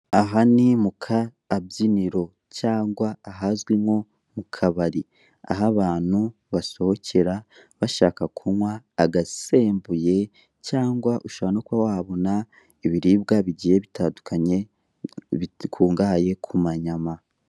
Aha ni mu kabyiniro cyangwa ahanzwi nko mu kabari aho abantu basokera bashaka kunywa agasembuye cyangwa ushobora no kuba wahabona ibiribwa bigiye bitandukanye bikungahaye ku manyama.